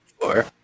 Four